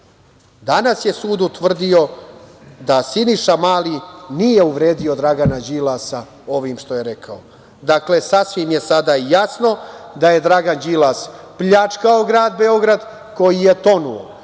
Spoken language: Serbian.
Danas je sud utvrdio da Siniša Mali nije uvredio Dragana Đilasa ovim što je rekao. Sasvim je sada jasno da je Dragan Đilas pljačkao grad Beograd, koji je tonuo.